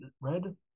Red